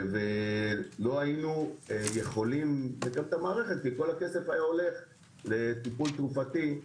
ולא היינו יכולים להפעיל את המערכת כי כל הכסף היה הולך לטיפול תרופתי,